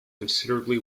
considerably